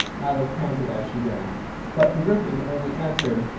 alice panted as she ran but the gryphon only answered